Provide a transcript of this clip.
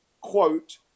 Quote